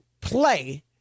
play